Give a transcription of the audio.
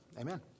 Amen